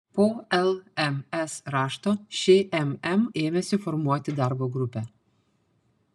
po lms rašto šmm ėmėsi formuoti darbo grupę